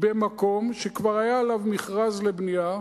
במקום שכבר היה עליו מכרז לבנייה,